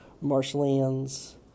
marshlands